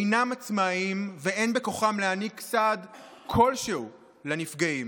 אינם עצמאיים ואין בכוחם להעניק סעד כלשהו לנפגעים.